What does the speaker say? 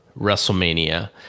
WrestleMania